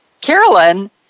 Carolyn